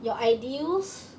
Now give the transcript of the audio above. your ideals